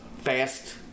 fast